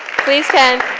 please stand.